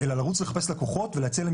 אלא לרוץ לחפש לקוחות ולהציע להם